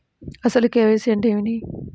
అసలు కే.వై.సి అంటే ఏమిటి?